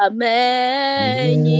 Amen